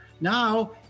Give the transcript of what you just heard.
Now